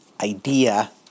idea